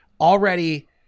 already